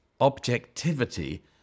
objectivity